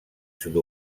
sud